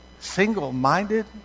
single-minded